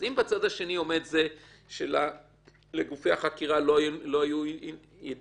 אם בצד השני עומד זה שלגופי החקירה לא היו ידיעות